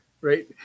right